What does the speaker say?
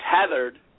tethered